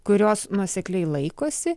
kurios nuosekliai laikosi